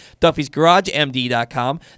Duffy'sGarageMD.com